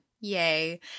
Yay